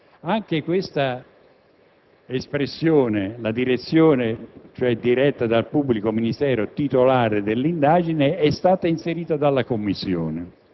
La squadra investigativa comune che opera nel territorio dello Stato è diretta dal pubblico ministero dell'indagine. Anche